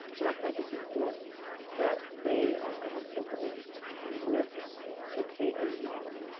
but i think it's important that they are comfortable with the k eight model.